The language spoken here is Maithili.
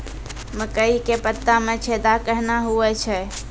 मकई के पत्ता मे छेदा कहना हु छ?